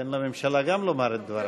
תן לממשלה גם לומר את דברה.